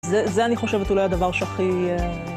זה... זה אני חושבת אולי הדבר שהכי...